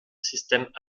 systems